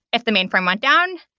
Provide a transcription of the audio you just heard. if the mainframe went down,